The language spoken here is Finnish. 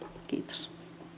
kiitos